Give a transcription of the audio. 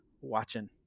watching